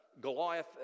Goliath